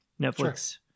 Netflix